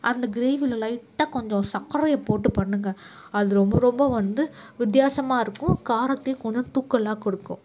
அந்த கிரேவியில் லைட்டாக கொஞ்சம் சர்க்கரையப் போட்டு பண்ணுங்க அது ரொம்ப ரொம்ப வந்து வித்தியாசமாக இருக்கும் காரத்தையும் கொஞ்சம் தூக்கலாக கொடுக்கும்